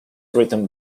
written